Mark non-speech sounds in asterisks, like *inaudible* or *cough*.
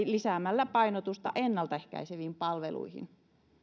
*unintelligible* lisäämällä painotusta ennaltaehkäiseviin palveluihin